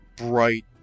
bright